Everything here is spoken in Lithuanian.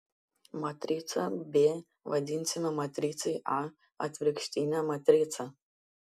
matricą b vadinsime matricai a atvirkštine matrica